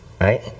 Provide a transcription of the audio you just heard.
right